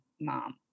mom